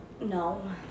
no